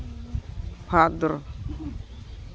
ᱵᱷᱟᱫᱽᱫᱨᱚ